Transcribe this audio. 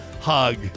hug